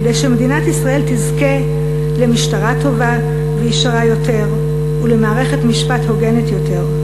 כדי שמדינת ישראל תזכה למשטרה טובה וישרה יותר ולמערכת משפט הוגנת יותר.